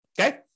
Okay